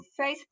Facebook